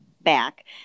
back